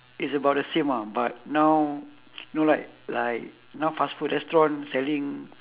it's about the same ah but now you know like like now fast food restaurant selling